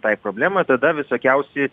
tai problemai o tada visokiausi